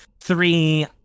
three